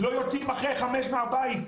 לא יוצאים אחרי חמש מהבית,